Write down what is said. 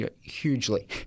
hugely